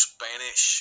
Spanish